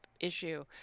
issue